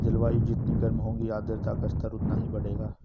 जलवायु जितनी गर्म होगी आर्द्रता का स्तर उतना ही बढ़ेगा